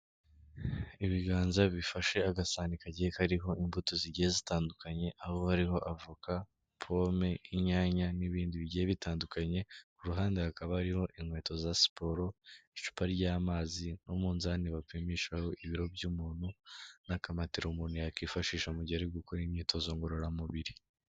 Ibiganza bifashe agasahane kagiye kariho imbuto zigiye zitandukanye aho ariho avoka, pome, inyanya n'ibindi bigiye bitandukanye, ku ruhande hakaba hariho inkweto za siporo, icupa ry'amazi n'umunzani bapimishaho ibiro by'umuntu n'akamatera umuntu yakifashisha mu gihe ari gukora imyitozo ngororamubiri.